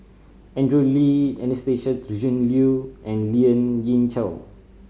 Andrew Lee Anastasia Tjendri Liew and Lien Ying Chow